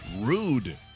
rude